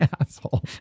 asshole